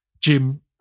Jim